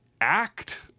act